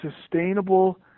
sustainable